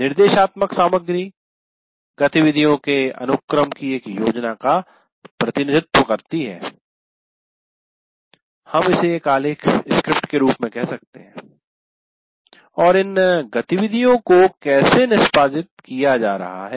निर्देशात्मक सामग्री गतिविधियों के अनुक्रम की एक योजना का प्रतिनिधित्व करती है हम इसे एक आलेख के रूप में कह सकते हैं और इन गतिविधियों को कैसे निष्पादित किया जा रहा है